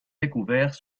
découverts